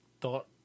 thought